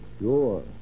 Sure